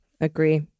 Agree